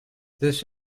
this